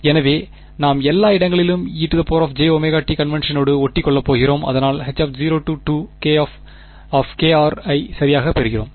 எனவே நாம் எல்லா இடங்களிலும் ejωt கன்வெண்க்ஷனோடு ஒட்டிக்கொள்ளப் போகிறோம் அதனால்தான்H0 ஐ சரியாகப் பெறுகிறோம்